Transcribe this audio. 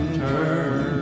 turn